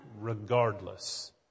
regardless